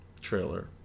Trailer